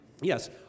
Yes